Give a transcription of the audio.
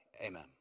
amen